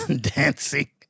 dancing